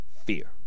fear